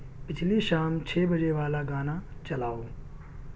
پچھلی شام چھ بجے والا گانا چلاؤ